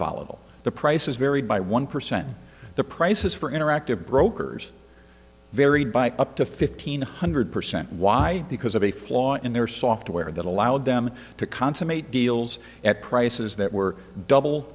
volatile the prices vary by one percent the prices for interactive brokers varied by up to fifteen hundred percent y because of a flaw in their software that allowed them to consummate deals at prices that were double